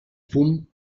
fum